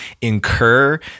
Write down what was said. incur